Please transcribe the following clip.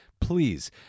Please